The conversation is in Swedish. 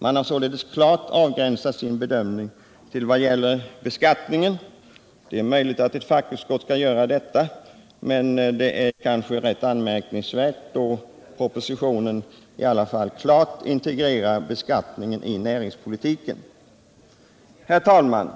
Utskottet har således klart avgränsat sin bedömning till att gälla beskattningen. Det är möjligt att ett fackutskott bör göra det, men detta kan ändå synas anmärkningsvärt eftersom den föreliggande propositionen klart integrerar beskattningen i näringspolitiken. Herr talman!